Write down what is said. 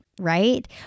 Right